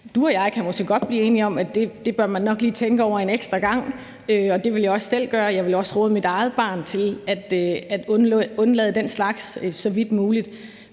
Du og jeg kan måske godt blive enige om, at det bør man nok lige tænke over en ekstra gang, og det ville jeg også selv gøre. Jeg vil også råde mit eget barn til at undlade den slags så vidt muligt.